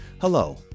Hello